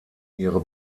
ihre